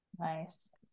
Nice